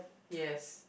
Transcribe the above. yes